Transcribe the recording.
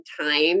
time